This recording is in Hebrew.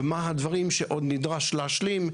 ומה הדברים שעוד נדרש להשלים,